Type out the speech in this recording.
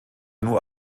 nur